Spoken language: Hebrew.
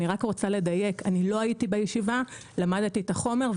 אני רק רוצה לדייק: אני לא הייתי בישיבה אבל למדתי את החומר.